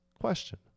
question